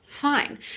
Fine